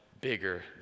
bigger